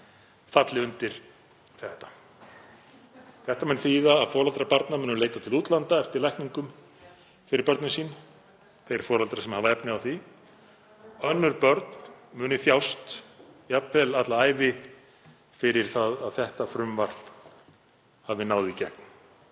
Það mun þýða að foreldrar barna munu leita til útlanda eftir lækningu fyrir börnin sín, þeir foreldrar sem hafa efni á því. Önnur börn munu þjást, jafnvel alla ævi, fyrir það að þetta frumvarp hafi náð í gegn.